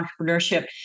entrepreneurship